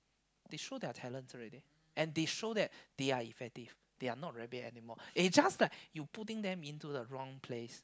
they show their talents already and they show that they are effective they are not rabbit anymore it just like you putting them into the wrong place